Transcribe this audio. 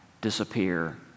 disappear